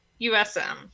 usm